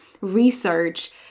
research